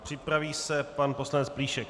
Připraví se pan poslanec Plíšek.